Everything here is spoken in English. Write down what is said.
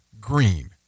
green